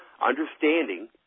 understanding